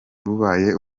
bubaye